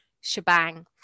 shebang